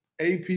AP